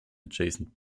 adjacent